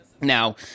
Now